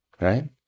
right